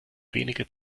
wenige